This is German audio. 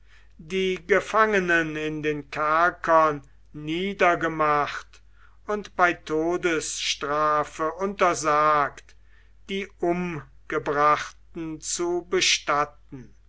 die gefangenen in den kerkern niedergemacht und bei todesstrafe untersagt die umgebrachten zu bestatten